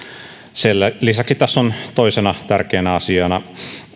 sen lisäksi tässä on toisena tärkeänä asiana